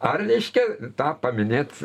ar reiškia tą paminėt